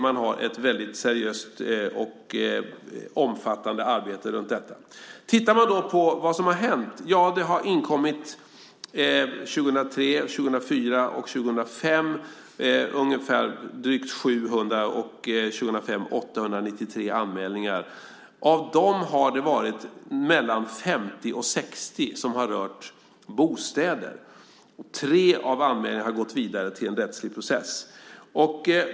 Man har ett väldigt seriöst och omfattande arbete runt detta. Om man tittar på vad som har hänt har det 2003, 2004 och 2005 inkommit drygt 700 anmälningar. År 2005 var det 893 stycken. Av dem har det varit mellan 50 och 60 som har rört bostäder. Tre av anmälningarna har gått vidare till en rättslig process.